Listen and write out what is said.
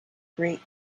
great